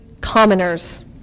commoners